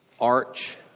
arch